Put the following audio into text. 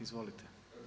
Izvolite.